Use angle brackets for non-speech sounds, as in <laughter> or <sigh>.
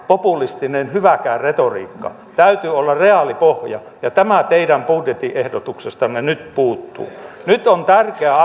populistinen hyväkään retoriikka täytyy olla reaalipohja ja tämä teidän budjettiehdotuksestanne nyt puuttuu nyt on tärkeä <unintelligible>